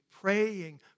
praying